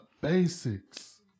basics